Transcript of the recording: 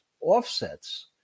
offsets